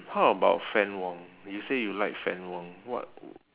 how about fann wong you say you like fann wong what w~